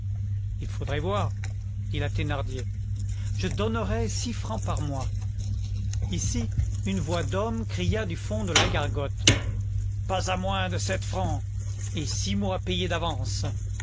il faudrait voir dit la thénardier je donnerais six francs par mois ici une voix d'homme cria du fond de la gargote pas à moins de sept francs et six mois payés d'avance